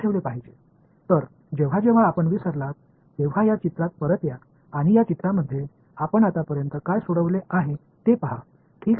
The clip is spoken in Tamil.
எனவே நீங்கள் இந்த பாடத்திலிருந்து வெளியில் சென்று திரும்பி வரும்போதெல்லாம் இந்த படத்தில் இதுவரை நாங்கள் என்ன தீர்த்துள்ளோம் என்று பாருங்கள்